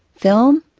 film,